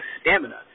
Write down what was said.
stamina